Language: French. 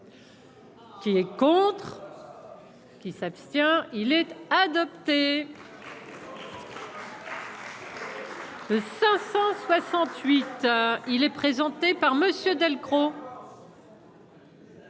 Qui est contre. Qui s'abstient, il est adopté. 568 il est présenté par Monsieur Delcros.